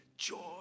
joy